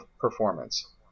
performance